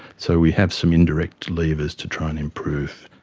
so we have some indirect levers to try and improve